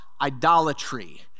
idolatry